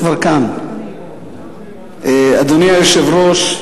אדוני היושב-ראש,